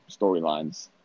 storylines